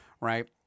Right